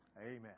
Amen